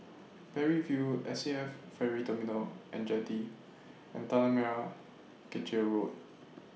Parry View S A F Ferry Terminal and Jetty and Tanah Merah Kechil Road